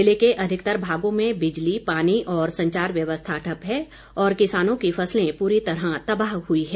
ज़िले के अधिकतर भागों में बिजली पानी और संचार व्यवस्था ठप्प है और किसानों की फसलें पूरी तरह तबाह हुई है